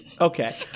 Okay